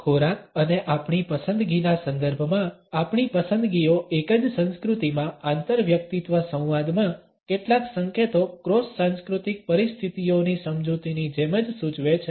0543 ખોરાક અને આપણી પસંદગીના સંદર્ભમાં આપણી પસંદગીઓ એક જ સંસ્કૃતિમાં આંતરવ્યક્તિત્વ સંવાદમાં કેટલાક સંકેતો ક્રોસ સાંસ્કૃતિક પરિસ્થિતિઓની સમજૂતીની જેમ જ સૂચવે છે